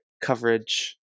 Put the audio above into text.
coverage